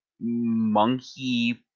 monkey